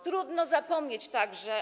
Trudno zapomnieć także.